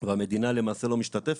והמדינה למעשה לא משתתפת.